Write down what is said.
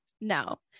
No